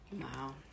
Wow